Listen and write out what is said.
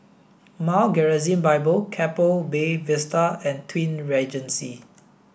Mount Gerizim Bible Keppel Bay Vista and Twin Regency